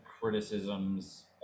criticisms